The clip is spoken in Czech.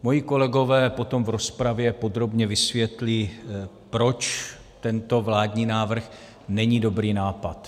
Moji kolegové potom v rozpravě podrobně vysvětlí, proč tento vládní návrh není dobrý nápad.